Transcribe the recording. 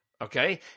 okay